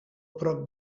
prop